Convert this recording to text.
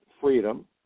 freedom